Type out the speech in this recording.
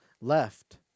left